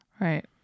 right